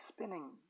spinning